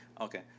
Okay